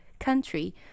country